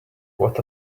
what